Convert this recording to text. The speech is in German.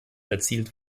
erzielt